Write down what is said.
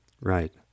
right